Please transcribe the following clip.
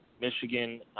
Michigan